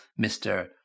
Mr